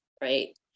right